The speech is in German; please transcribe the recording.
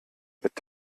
mit